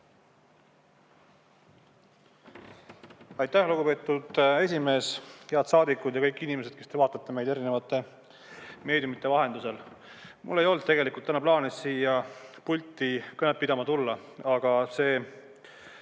Aitäh, lugupeetud esimees! Head saadikud ja kõik inimesed, kes te vaatate meid erinevate meediumide vahendusel! Mul ei olnud plaanis täna siia pulti kõnet pidama tulla, aga need